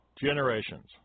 generations